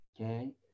okay